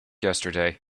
yesterday